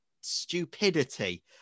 stupidity